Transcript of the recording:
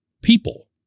people